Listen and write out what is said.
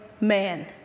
man